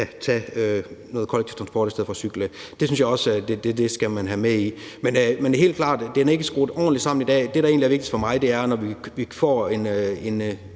tage den kollektive transport i stedet for at cykle. Det synes jeg også man skal have med. Men det er helt klart, at det ikke er skruet ordentligt sammen i dag. Det, der egentlig er vigtigst for mig, når vi får en